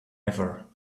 ever